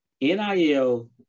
NIL